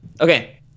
Okay